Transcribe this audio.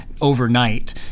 Overnight